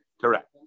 correct